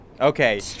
Okay